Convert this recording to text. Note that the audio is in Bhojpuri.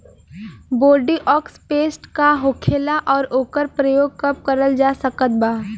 बोरडिओक्स पेस्ट का होखेला और ओकर प्रयोग कब करल जा सकत बा?